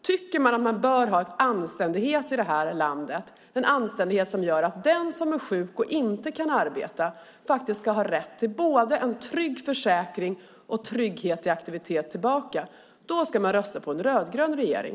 Tycker man att det bör finnas en anständighet i det här landet som gör att den som är sjuk och som inte kan arbeta ska ha rätt till både en trygg försäkring och en trygghet i aktiviteter för att kunna komma tillbaka ska man rösta på en rödgrön regering.